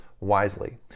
wisely